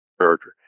character